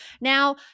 Now